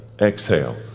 Exhale